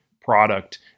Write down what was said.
product